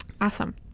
awesome